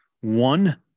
One